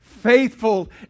Faithful